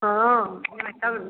हँ कहबै तब ने